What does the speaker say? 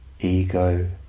ego